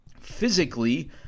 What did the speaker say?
physically